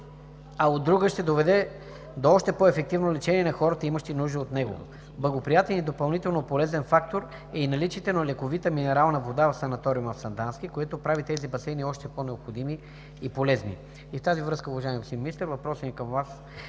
а от друга, ще доведе до още по-ефективно лечение на хората, имащи нужда от него. Благоприятен и допълнително полезен фактор е и наличието на лековита минерална вода в санаториума в Сандански, което прави тези басейни още по-необходими и полезни. В тази връзка, уважаеми господин Министър, въпросът ми към Вас